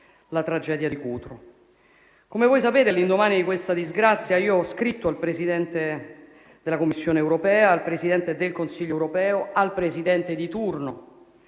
Come voi sapete, all'indomani di questa disgrazia, ho scritto al Presidente della Commissione europea, al Presidente del Consiglio europeo, al Presidente di turno